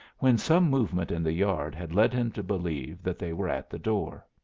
when some movement in the yard had led him to believe that they were at the door.